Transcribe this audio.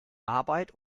arbeit